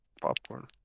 popcorn